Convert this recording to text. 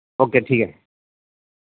okay ٹھیک ہے